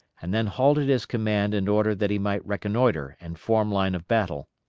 and then halted his command in order that he might reconnoitre and form line of battle.